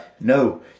No